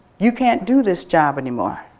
you can't do this job anymore,